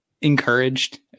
encouraged